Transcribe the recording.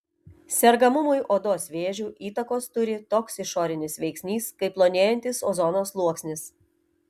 sergamumui odos vėžiu įtakos turi toks išorinis veiksnys kaip plonėjantis ozono sluoksnis